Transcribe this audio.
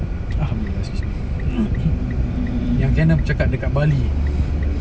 alhamdullilah excuse me yang kiannya bercakap dekat bali